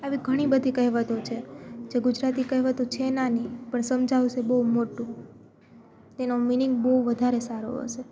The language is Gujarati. આવી ઘણીબધી કહેવતો છે જે ગુજરાતી કહેવતો છે નાની પણ સમજાવશે બહુ મોટું તેનો મિનિંગ બહુ વધારે સારો હશે